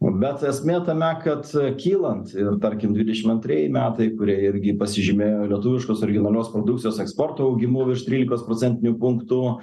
bet esmė tame kad kylant ir tarkim dvidešim antrieji metai kurie irgi pasižymėjo lietuviškos originalios produkcijos eksporto augimu virš trylikos procentinių punktų